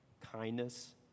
kindness